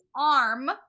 arm